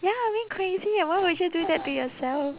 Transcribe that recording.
ya really crazy eh why would you do that to yourself